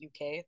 UK